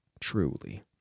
truly